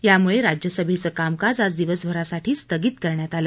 यामुळे राज्यसभेचा कामकाज आज दिवसभरासाठी स्थगित करण्यात आलं